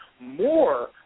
more